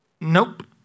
Nope